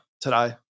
today